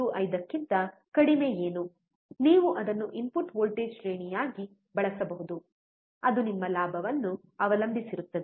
5 ಕ್ಕಿಂತ ಕಡಿಮೆ ಏನು ನೀವು ಅದನ್ನು ಇನ್ಪುಟ್ ವೋಲ್ಟೇಜ್ ಶ್ರೇಣಿಯಾಗಿ ಬಳಸಬಹುದು ಅದು ನಿಮ್ಮ ಲಾಭವನ್ನು ಅವಲಂಬಿಸಿರುತ್ತದೆ